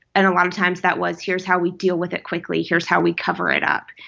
and a lot of times, that was, here's how we deal with it quickly. here's how we cover it up.